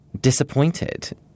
disappointed